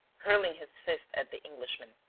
hurling his fist at the englishman.